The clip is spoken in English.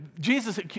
Jesus